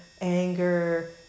anger